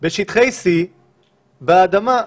כפי ששמעתי כאן.